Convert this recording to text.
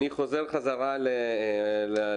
אני חוזר חזרה למנכ"ל.